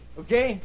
okay